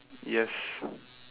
yes